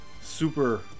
super